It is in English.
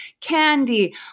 candy